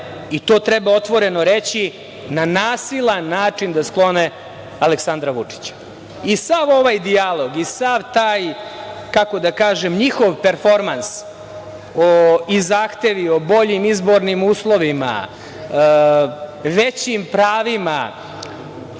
i to treba otvoreno reći, na nasilan način da sklone Aleksandra Vučića. Sav ovaj dijalog i sav taj njihov performans i zahtevi o boljim izbornim uslovima, većim pravima,